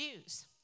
Jews